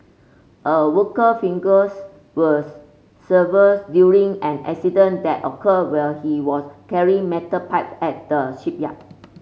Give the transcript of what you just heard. a worker fingers were severs during an incident that occurred while he was carrying metal pipe at the shipyard